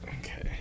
Okay